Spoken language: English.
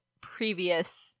previous